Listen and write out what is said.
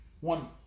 one